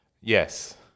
Yes